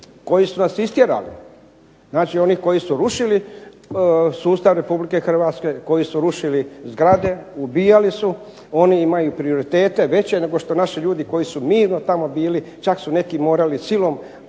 koji su nas istjerali, znači oni koji su rušili sustav Republike Hrvatske koji su rušili zgrade, ubijali su oni imaju prioritete veće nego što naši ljudi koji su tamo mirno bili. Čak su neki morali silom